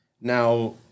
Now